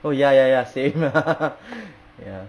oh ya ya ya same ya